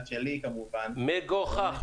מגוחך.